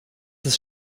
ist